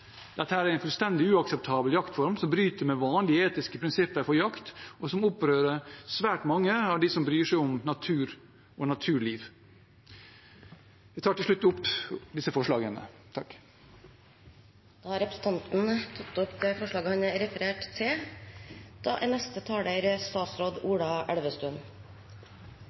Dette er en fullstendig uakseptabel jaktform som bryter med vanlige etiske prinsipper for jakt, og som opprører svært mange av dem som bryr seg om natur og naturliv. Den blå-grønne regjeringen fører en aktiv rovdyrpolitikk i tråd med den todelte målsettingen om at vi skal ha både rovvilt og beitedyr i Norge. Vi har ansvar for å ivareta det